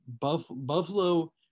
Buffalo